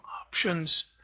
options